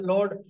Lord